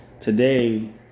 Today